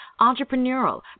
entrepreneurial